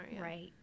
right